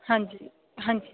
ਹਾਂਜੀ ਹਾਂਜੀ